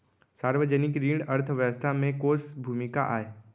सार्वजनिक ऋण के अर्थव्यवस्था में कोस भूमिका आय?